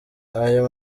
ayo